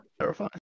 terrifying